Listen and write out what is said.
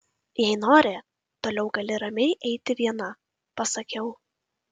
jei nori toliau gali ramiai eiti viena pasakiau